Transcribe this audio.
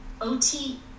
OT